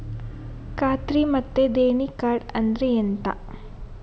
ಖಾತ್ರಿ ಮತ್ತೆ ದೇಣಿ ಕಾರ್ಡ್ ಅಂದ್ರೆ ಎಂತ?